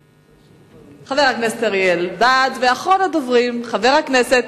חבר הכנסת אריה אלדד ואחרון הדוברים חבר הכנסת